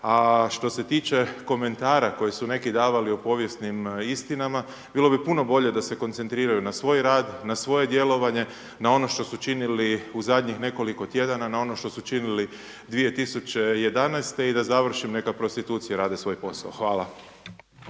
A što se tiče komentara koje su neki davali o povijesnim istinama bilo bi puno bolje da se koncentriraju na svoj rad, na svoje djelovanje, na ono što su činili u zadnjih nekoliko tjedana na ono što su činili 2011. i da završim neka prostitucije rade svoj posao. Hvala.